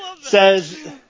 says